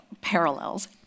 parallels